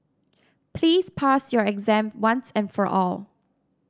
please pass your exam once and for all